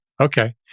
Okay